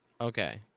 Okay